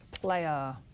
player